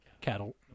Cattle